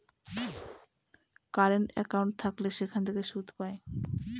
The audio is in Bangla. কারেন্ট একাউন্ট থাকলে সেখান থেকে সুদ পায়